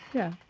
yeah.